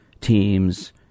teams